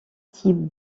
types